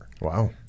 Wow